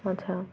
আচ্ছা